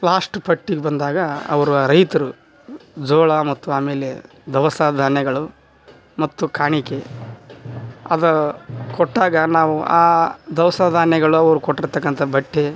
last ಪಟ್ಟಿಲ್ ಬಂದಾಗ ಅವರು ರೈತರು ಜೋಳ ಮತ್ತು ಆಮೇಲೆ ದವಸ ಧಾನ್ಯಗಳು ಮತ್ತು ಕಾಣಿಕೆ ಅದು ಕೊಟ್ಟಾಗ ನಾವು ಆ ದವಸ ಧಾನ್ಯಗಳ್ ಅವ್ರು ಕೊಟ್ಟಿರ್ತಕ್ಕಂಥ ಬಟ್ಟೆ